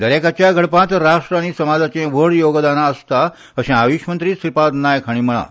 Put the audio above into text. दरेकाच्या घडपांत राष्ट्र आनी समाजाचे व्हड योगदान आसता अशें आयुश मंत्री श्रीपाद नायक हांणी म्हणां